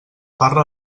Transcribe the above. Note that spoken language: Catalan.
parla